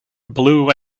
blue